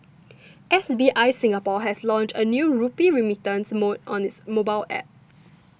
S B I Singapore has launched a new rupee remittance mode on its mobile App